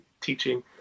teaching